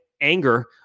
anger